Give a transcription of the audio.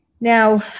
Now